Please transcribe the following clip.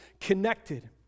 connected